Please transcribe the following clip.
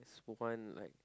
just one like